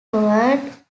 toward